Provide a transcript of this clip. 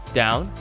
down